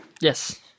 Yes